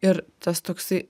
ir tas toksai